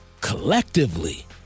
collectively